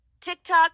TikTok